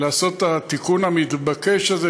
לעשות את התיקון המתבקש הזה,